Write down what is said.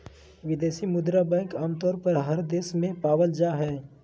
विदेशी मुद्रा बैंक आमतौर पर हर देश में पावल जा हय